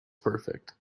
perfect